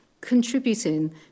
contributing